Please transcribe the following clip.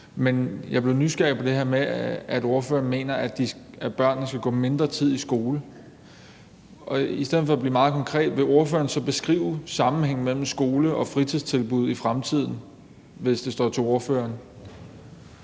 Men jeg blev nysgerrig på det her med, at ordføreren mener, at børn skal gå mindre tid i skole. Og i stedet for at blive meget konkret, vil ordføreren så beskrive sammenhængen mellem skole og fritidstilbud i fremtiden, hvis det står til ordføreren?